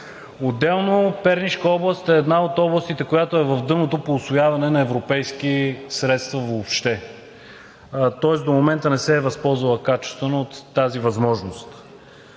Отделно Пернишка област е една от областите, която е в дъното по усвояване на европейски средства въобще, тоест до момента не се е възползвала качествено от тази възможност.